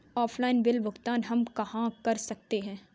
Offline bill भुगतान हम कहां कर सकते हैं?